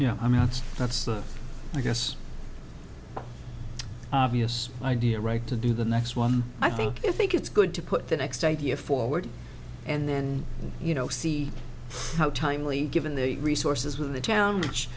that's i guess obvious idea right to do the next one i think you think it's good to put the next idea forward and then you know see how timely given the resources with the town which